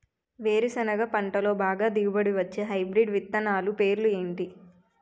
వేరుసెనగ పంటలో బాగా దిగుబడి వచ్చే హైబ్రిడ్ విత్తనాలు పేర్లు ఏంటి?